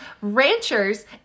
ranchers